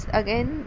again